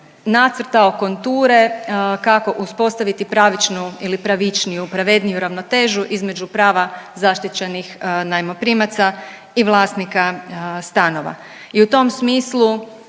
nacrtao konture kako uspostaviti pravičnu ili pravičniju, pravedniju ravnotežu između prava zaštićenih najmoprimaca i vlasnika stanova. I u tom smislu